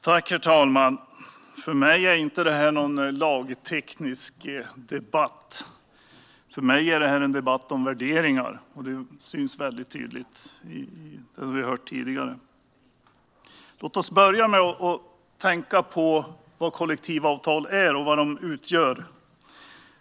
Herr talman! För mig är detta inte någon lagteknisk debatt utan en debatt om värderingar, och det märks väldigt tydligt i det vi hört tidigare. Låt oss börja med att tänka på vad kollektivavtal är och vad de utgör.